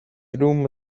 rum